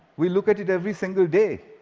we look at it every single day.